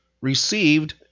received